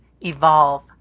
Evolve